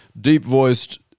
deep-voiced